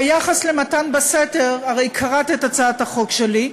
ביחס למתן בסתר, הרי קראת את הצעת החוק שלי.